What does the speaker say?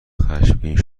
خشمگین